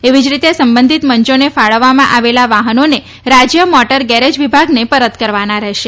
એવી જ રીતે સંબંધીત મંયોને ફાળવવામાં આવેલા વાહનોને રાજ્ય મોટર ગેરેજ વિભાગને પરત કરવાના રહેશે